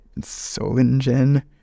Solingen